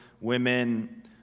Women